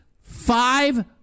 five